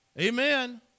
Amen